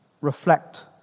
reflect